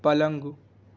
پلنگ